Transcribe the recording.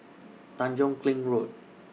Tanjong Kling Road